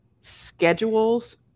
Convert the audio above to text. schedules